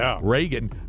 Reagan